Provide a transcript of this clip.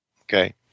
Okay